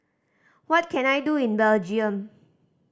what can I do in Belgium